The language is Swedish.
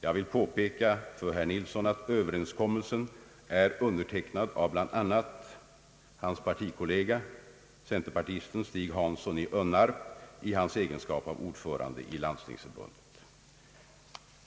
Jag vill påpeka för herr Nilsson att överenskommelsen är undertecknad av bland andra hans partikollega Stig Hansson i Önnarp i egenskap av ordförande i Landstingsförbundet.